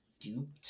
duped